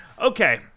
okay